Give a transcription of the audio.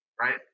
right